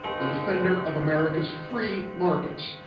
the defender of america's free markets.